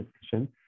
discussion